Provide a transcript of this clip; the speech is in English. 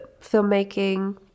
filmmaking